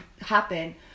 happen